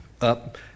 up